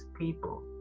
people